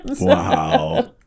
Wow